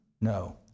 No